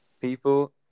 People